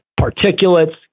particulates